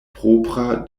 propra